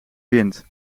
wint